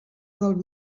del